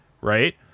Right